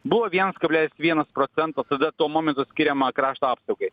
buvo vienas kablelis vienas procento tada tuo momentu skiriama krašto apsaugai